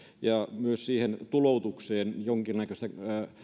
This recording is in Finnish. ja myös siihen tuloutukseen jonkin näköistä